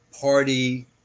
party